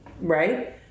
Right